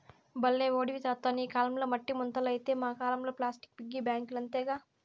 బల్లే ఓడివి తాతా నీ కాలంల మట్టి ముంతలైతే మా కాలంల ప్లాస్టిక్ పిగ్గీ బాంకీలు అంతేగా